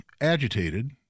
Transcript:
agitated